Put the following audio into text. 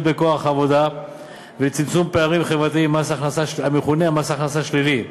בכוח העבודה ולצמצום פערים חברתיים (מס הכנסה שלילי),